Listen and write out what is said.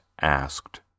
asked